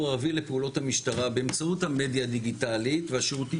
הערבי לפעילות המשטרה באמצעות המדיה הדיגיטלית והשירותים